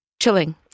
chilling